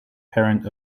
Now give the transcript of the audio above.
parent